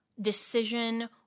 decision